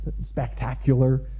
spectacular